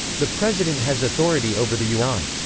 the president has authority over the yuan.